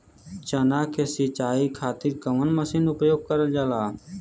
चना के सिंचाई खाती कवन मसीन उपयोग करल जाला?